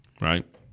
right